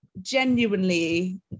genuinely